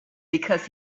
because